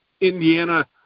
Indiana